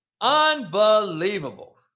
Unbelievable